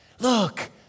Look